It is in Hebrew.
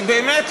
כי באמת,